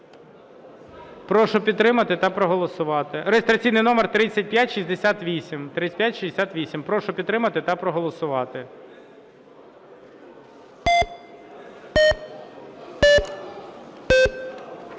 Прошу підтримати та проголосувати. Реєстраційний номер 3568. Прошу підтримати та проголосувати.